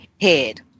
head